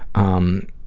um,